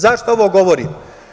Zašto ovo govorim?